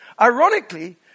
Ironically